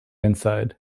inside